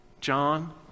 John